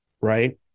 right